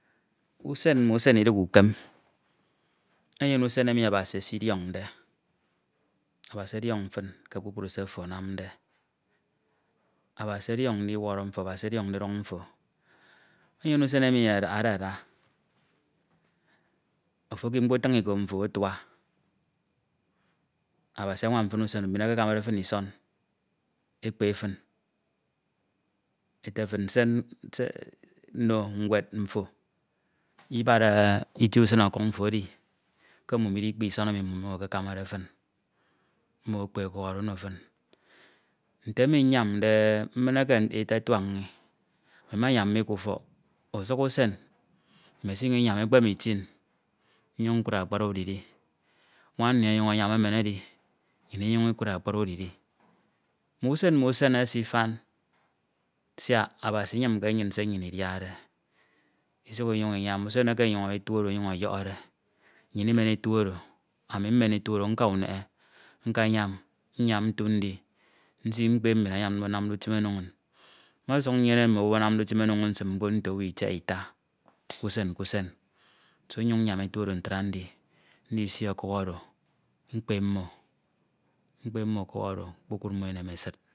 Usen ma usen Idighe ukem. Enyene usen emi Abasi esidiọñde, Abasi ọdiọñ fīn ke kpukpuru se ofo anamde, Abasi ọdiọñ ndiwọrọ mfo, Abasi ọdiọñ ndiduk mfo. Enyene usen emi adaha ada, ofo ekip mkpo utiñ lko mfo atua, Abasi anwam fīn usen mbin ekekamade fīn isọn ekpe fin ete fin se- se ano ñwed mfo lbad ifie usin ọkuk fi edi ke mmumo ldikpe lsọn emi mmumo lkikamade fin, mmo ekpe okuk oro ono fin. Nte emi nyamde, mmīn eke etatuak mi, ami mayam mi k’utọk, usuk usen misinyuñ lnyam ekpeme lfin nkud akpri udiri, nwan mmi ọnyañ anyam emen edi nnyin ikud akpri udiri. Mmùsen mmùsen esifan siak Abasi Iyimke nnyin se nnyin Idiade Isuk Inyuñ Inyam usen eke etudo ọyọhọ de, ami mmem etu oro aka uneghe nkayam nyam ntu ndi, nsi ọkuk oro nkpe mbin anamde utim ono min. Mmọsuk nnyeme mbin anamde utim ono min nsim mkpo nte owo ltiaita k’usen k’usen do nyuñ nyam efu oro ntra ntu ndi, ndisi ọkuk oro, mkpe mmo, mkpe mmo ọkuk oro enem esid. ke se nnamde oro eyenam mmo esida min nte edi ete ufọk siak nkamake owu Isọn. Uka ukakama ndifọñwọñ emi anamde ufim eno fin Isọn, mmo Iyesin fin ubọk k’ọfọñ edi enwan ma ōfo siak eyin owọñ adia otu lbibiak okpo isi nsie. Akpri se eyinọwọñ anade oro, inyori idi, nkọm ekpedi beni ana ofo esi ekpe e mak otude enye afiak enyene ibifik ndifiak ndi utim nno tin, unam ntra, ke ọfiọñ Ita, ọfiọñ unañ ofioñ Itin, Isua Iba, Isua Itin unyenyene mbin emi enamde utim eno fin kpukpru ini. Utim mfo enyem ndiyiayiaña utim mfo. Ukukekud owu, owu ama adedi edidiọnọ ke owu ukamake owu Isọn do Abasi esidiọñ mm’usen mm’usen ono nnyin eke nnamde mbubehe mak afan ma nnyi mak nnyin Iko lnyuñ isi, mesinyuñ nkọbi eti usuk usen eke enamde usen afande nsi nkọkọbi etibe siak ami menyene itie emi nsi nnamde nnim nno Idem k’ufọk nni, lnyuñ lnam ntra, ami nyuñ mmem ọkuk oro nkọnyuñ nsin, Isimen ọkuk oro Ibahadere Ino mbin esiñ yuñ esiñde